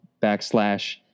backslash